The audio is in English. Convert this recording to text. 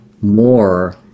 more